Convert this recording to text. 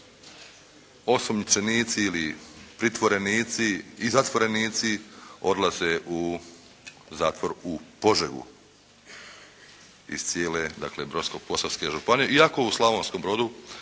osumnjičenici ili pritvorenici i zatvorenici odlaze u zatvor u Požegu iz cijele dakle Brodsko-posavske županije, iako u Slavonskom Brodu